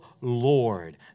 Lord